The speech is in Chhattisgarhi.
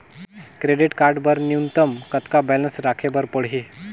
क्रेडिट कारड बर न्यूनतम कतका बैलेंस राखे बर पड़ही?